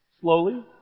Slowly